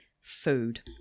food